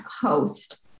host